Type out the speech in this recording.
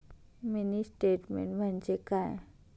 Mini statement म्हणजे काय?